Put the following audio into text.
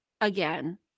again